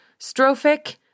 Strophic